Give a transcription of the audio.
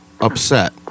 upset